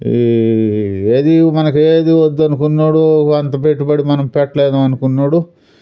ఈ ఏది మనకి ఏది వద్దు అనుకున్నోడు అంత పెట్టుబడి మనం మనం పెట్టలేము అనుకున్నవాడు